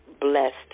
blessed